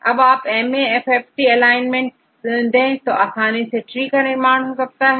यदि आपMAFFT alignment दे तो यह आसानी से tree का निर्माण कर देता है